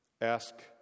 Ask